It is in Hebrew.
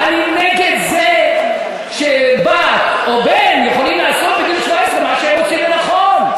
אני נגד זה שבת או בן יכולים לעשות בגיל 17 מה שהם מוצאים לנכון.